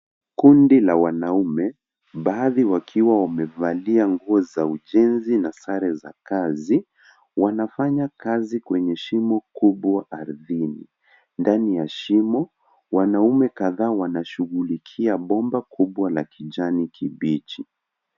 Kundi la wanaume, baadhi wakiwa wamevalia nguo za ujenzi na sare za kazi, wanafanya kazi kwenye shimo kubwa ardhini. Ndani ya shimo, wanaume kadhaa wanashughulikia bomba kubwa la kijani kibichi.